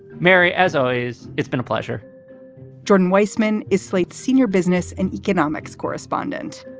mary as always, it's been a pleasure jordan weissmann is slate's senior business and economics correspondent.